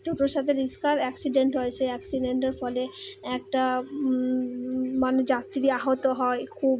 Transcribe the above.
টোটোর সাথে রিস্কার অ্যাক্সিডেন্ট হয় সেই অ্যাক্সিডেন্টের ফলে একটা মানে যাত্রী আহত হয় খুব